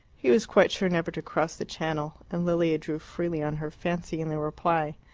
he was quite sure never to cross the channel, and lilia drew freely on her fancy in the reply.